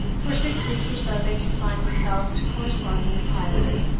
for six weeks or so they confined themselves to corresponding privately,